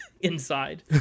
inside